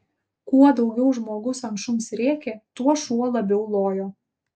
kuo daugiau žmogus ant šuns rėkė tuo šuo labiau lojo